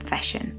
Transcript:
fashion